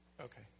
Okay